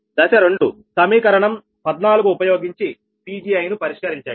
దశ 2సమీకరణం 14 ఉపయోగించి Pgiను పరిష్కరించండి